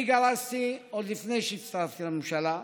אני גרסתי, עוד לפני שהצטרפתי לממשלה,